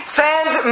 send